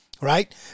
right